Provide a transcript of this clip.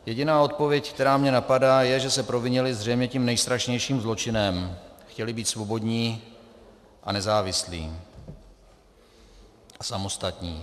Jediná odpověď, která mě napadá, je, že se provinili zřejmě tím nejstrašnějším zločinem chtěli být svobodní a nezávislí, samostatní.